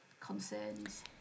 concerns